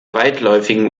weitläufigen